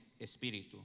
espíritu